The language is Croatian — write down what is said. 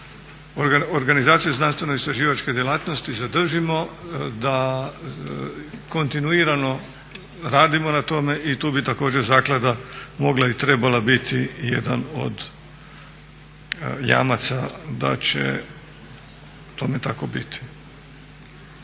organizacije znanstveno-istraživačke djelatnosti zadržimo da kontinuirano radimo na tome i tu bi također zaklada mogla i trebala biti jedan od jamaca da će tome tako biti.